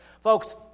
Folks